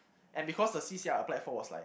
and because the C_C_A I applied for was like